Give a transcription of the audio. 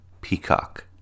Peacock